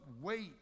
wait